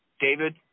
David